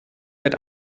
wird